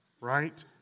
right